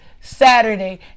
Saturday